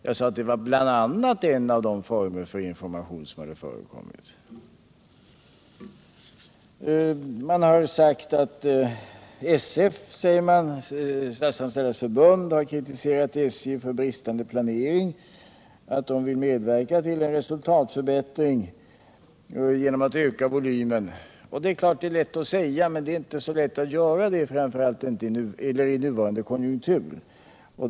Vad jag sade var att detta bl.a. var den information som förekommit. Det har vidare sagts att Statsanställdas förbund har kritiserat SJ för bristande planering och att förbundet vill medverka till en resultatförbättring genom att öka volymen. Det är lätt att säga detta, men det är inte så lätt att göra det, framför allt inte i nu rådande konjunktur.